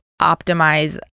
optimize